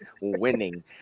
winning